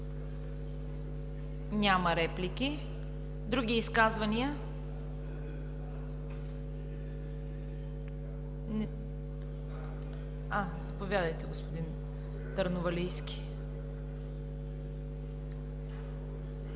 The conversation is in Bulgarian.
Няма реплики. Други изказвания? Заповядайте, господин Търновалийски.